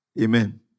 Amen